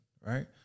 right